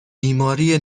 بیماری